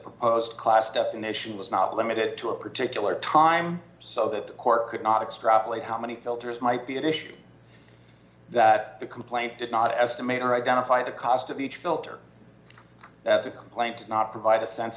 proposed class definition was not limited to a particular time so that the court could not extract late how many filters might be an issue that the complaints did not estimate or identify the cost of each filter as a complaint did not provide a sense